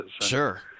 Sure